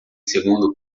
segundo